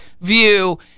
view